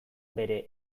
bere